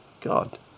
God